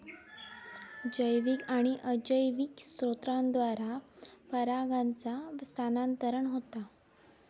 जैविक आणि अजैविक स्त्रोतांद्वारा परागांचा स्थानांतरण होता